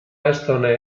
estone